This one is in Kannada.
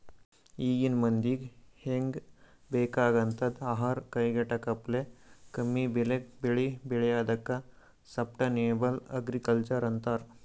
ಈಗಿನ್ ಮಂದಿಗ್ ಹೆಂಗ್ ಬೇಕಾಗಂಥದ್ ಆಹಾರ್ ಕೈಗೆಟಕಪ್ಲೆ ಕಮ್ಮಿಬೆಲೆಗ್ ಬೆಳಿ ಬೆಳ್ಯಾದಕ್ಕ ಸಷ್ಟನೇಬಲ್ ಅಗ್ರಿಕಲ್ಚರ್ ಅಂತರ್